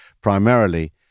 primarily